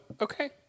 okay